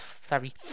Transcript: sorry